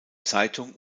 zeitung